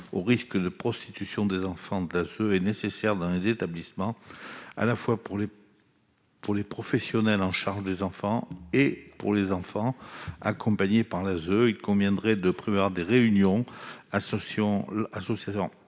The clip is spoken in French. au risque de prostitution des enfants de l'ASE est nécessaire dans ces établissements, à la fois pour les professionnels en charge des enfants et pour les enfants accompagnés par l'ASE. Il conviendrait de prévoir des réunions associant